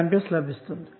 5A లభించింది